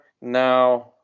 now